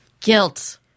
Guilt